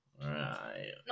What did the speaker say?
right